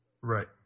Right